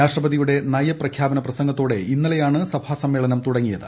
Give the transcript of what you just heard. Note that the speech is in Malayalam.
രാഷ്ട്രപതിയുടെ നയപ്രഖ്യാപന പ്രസംഗത്തോടെ ഇന്നലെയാണ് സഭാ സമ്മേളനം തുടങ്ങിയത്